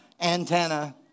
antenna